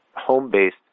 home-based